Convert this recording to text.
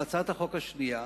והצעת החוק השנייה,